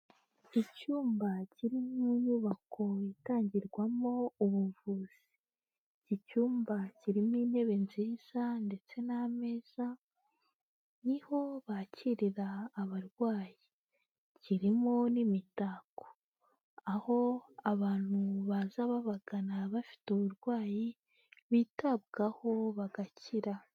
Icyumba kiri mu nyubako itangirwamo ubuvuzi, iki icyumba kirimo intebe nziza ndetse n'ameza niho bakirira abarwayi, kirimo n'imitako aho abantu baza babagana bafite uburwayi bitabwaho bagakira.